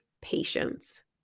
patience